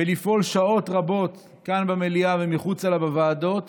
ולפעול שעות רבות כאן במליאה ומחוצה לה בוועדות